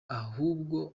ahubwo